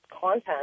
content